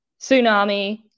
tsunami